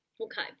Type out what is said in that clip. okay